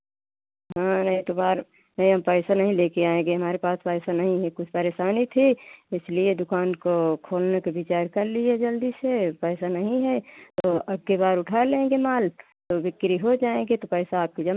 हाँ नहीं तो बाद में हम पैसा नहीं आएंगे ले कर हमारे पास पैसा नहीं है कुछ परेशानी थी इसलिए दुकान को खोलने के विचार कर लिए जल्दी से पैसा नहीं है तो अबके बार उठा लेंगे माल तो बिक्री हो जाएगी तो पैसा आपको जल्दी